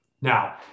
Now